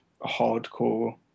hardcore